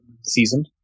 seasoned